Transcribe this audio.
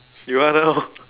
you